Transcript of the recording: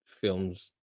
films